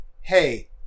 hey